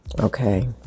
Okay